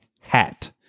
Hat